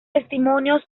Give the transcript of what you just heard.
testimonios